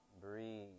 breathe